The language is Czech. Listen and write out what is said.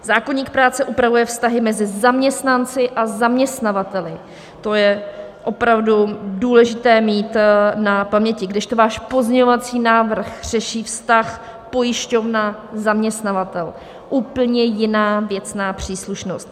Zákoník práce upravuje vztahy mezi zaměstnanci a zaměstnavateli, to je opravdu důležité mít na paměti, kdežto váš pozměňovací návrh řeší vztah pojišťovnazaměstnavatel, úplně jiná věcná příslušnost.